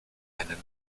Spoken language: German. eine